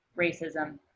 racism